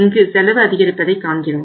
இங்கு செலவு அதிகரிப்பதை காண்கிறோம்